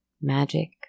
magic